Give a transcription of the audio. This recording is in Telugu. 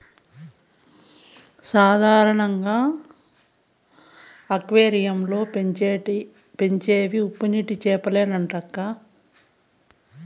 సాధారణంగా అక్వేరియం లో పెంచేవి ఉప్పునీటి చేపలేనంటక్కా